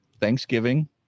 Thanksgiving